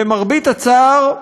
למרבה הצער,